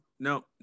No